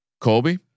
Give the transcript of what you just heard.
Colby